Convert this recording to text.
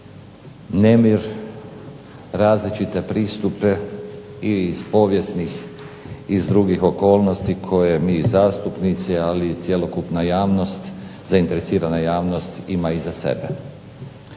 nemir, različite pristupe ili iz povijesnih i iz drugih okolnosti koje mi zastupnici, ali i cjelokupna zainteresirana javnost ima iza sebe.